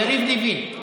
יריב לוין,